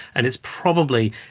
and it's probably,